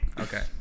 Okay